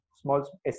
small